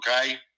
Okay